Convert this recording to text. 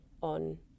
on